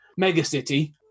megacity